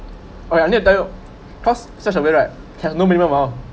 alright I need to tell you trust such a way right has no minimum amount